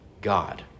God